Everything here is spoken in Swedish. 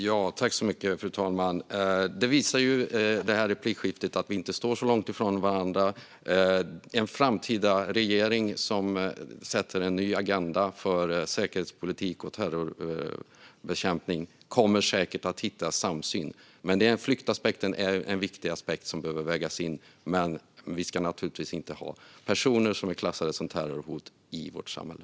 Fru talman! Det här replikskiftet visar ju att vi inte står så långt ifrån varandra. En framtida regering som sätter en ny agenda för säkerhetspolitik och terrorbekämpning kommer säkert att hitta en samsyn. Flyktaspekten är en viktig aspekt som behöver vägas in, men vi ska naturligtvis inte ha personer som är klassade som terrorhot i vårt samhälle.